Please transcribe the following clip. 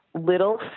little